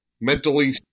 mentally